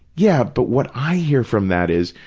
yeah, but what i hear from that is,